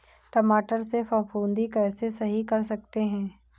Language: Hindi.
टमाटर से फफूंदी कैसे सही कर सकते हैं?